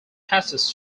passes